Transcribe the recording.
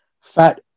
fat